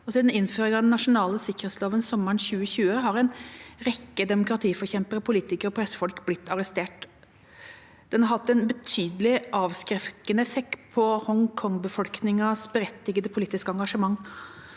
Siden innføringen av den nasjonale sikkerhetsloven sommeren 2020 har en rekke demokratiforkjempere, politikere og pressefolk blitt arrestert. Den har hatt en betydelig avskrekkende effekt på Hongkong-befolkningens berettigede politiske engasjement.